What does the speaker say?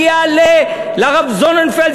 אני אעלה לרב זוננפלד,